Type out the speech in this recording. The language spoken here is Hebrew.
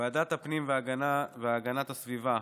בוועדת הפנים והגנת הסביבה,